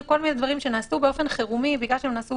כל מיני דברים שנעשו באופן חירומי בגלל שהם נעשו